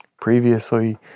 Previously